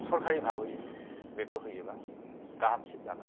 सरकारि भाबै बेखौ होयोबा गाहामसिन जागोन